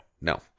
no